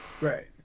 Right